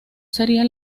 sería